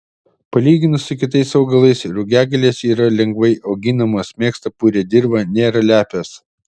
palyginus su kitais augalais rugiagėlės yra lengvai auginamos mėgsta purią dirvą nėra lepios